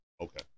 okay